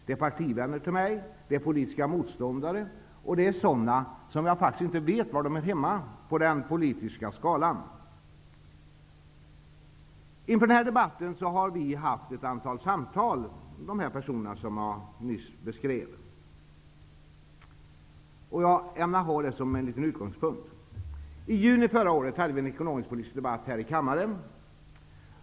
Det är partivänner till mig, det är politiska motståndare och sådana som jag faktiskt inte vet var de hör hemma på den partipolitiska skalan. Inför denna debatt har vi haft ett antal samtal. Jag vill gärna ha det som en utgångspunkt. I juni förra året hade vi en ekonomisk-politisk debatt här i kammaren.